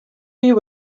you